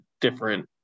different